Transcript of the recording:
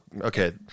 Okay